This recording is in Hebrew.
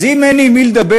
אז אם אין עם מי לדבר,